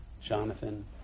Jonathan